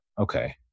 Okay